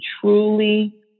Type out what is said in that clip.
truly